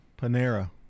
Panera